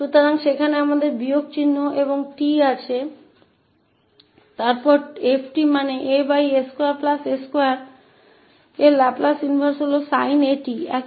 तो हम वहाँ minus चिह्न और 𝑡 है और फिर हमारे पास 𝑓 𝑡 है मतलब aa2s2का लाप्लास प्रतिलोम sin 𝑎𝑡 है